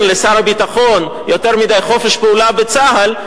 לשר הביטחון יותר מדי חופש פעולה בצה"ל.